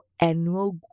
annual